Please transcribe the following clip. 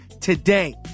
today